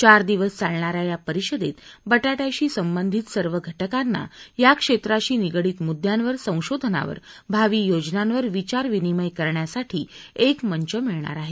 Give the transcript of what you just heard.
चार दिवस चालणाऱ्या या परिषदेत बटाट्याशी संबंधित सर्व घटकांना या क्षेत्राशी निगडीत मुद्द्यांवर संशोधनावर भावी योजनांवर विचार विनिमय करण्यासाठी एक मंच मिळणार आहे